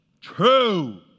true